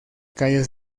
calle